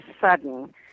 sudden